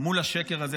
מול השקר הזה,